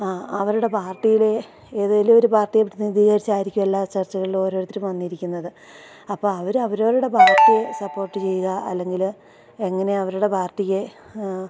ആ അവരുടെ പാർട്ടിയുടെ ഏതെങ്കിലുമൊരു പാർട്ടിയെ പ്രതിനിധീകരിച്ചായിരിക്കും എല്ലാ ചർച്ചകളിലും ഓരോരുത്തരും വന്നിരിക്കുന്നത് അപ്പം അവര് അവരവരുടെ പാർട്ടിയെ സപ്പോർട്ട് ചെയ്യുക അല്ലെങ്കില് എങ്ങനെ അവരുടെ പാർട്ടിയെ